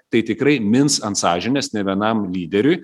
tai tikrai mins ant sąžinės ne vienam lyderiui